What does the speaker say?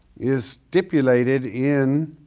is stipulated in